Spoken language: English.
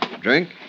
Drink